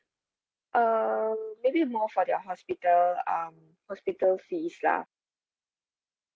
uh maybe more for their hospital um hospital fees lah